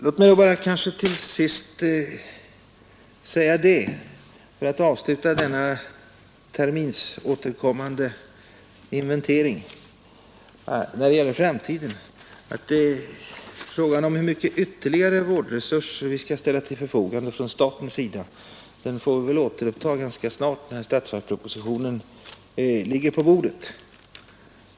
Låt mig till sist bara säga, för att avsluta denna terminsåterkommande inventering, att frågan om hur mycket av ytterligare vårdresurser vi i framtiden skall ställa till förfogande från statens sida får vi väl återuppta när statsverkspropositionen ligger på bordet.